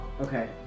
Okay